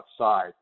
outside